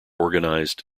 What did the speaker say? organized